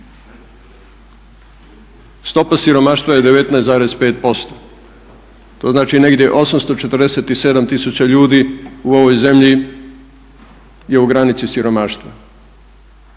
Stopa siromaštva je 19,5%, to znači negdje 847 tisuća ljudi u ovoj zemlji je u granici siromaštva.